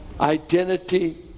Identity